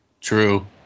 True